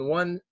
one